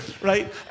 Right